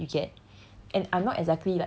like side of it lah you get